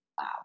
wow